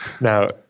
Now